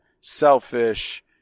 selfish